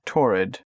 Torrid